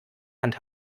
hand